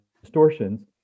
distortions